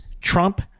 Trump